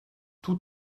tout